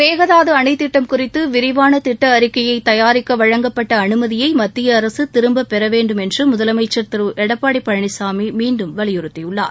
மேகதாது அணைத் திட்டம் குறித்து விரிவான திட்ட அறிக்கையை தயாரிக்க வழங்கப்பட்ட அனுமதியை மத்திய அரசு திரும்பப் பெற வேண்டும் என்று முதலமைச்சர் திரு எடப்பாடி பழனிசாமி மீண்டும் வலியுறுத்தியுள்ளார்